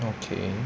okay